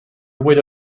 would